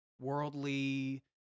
worldly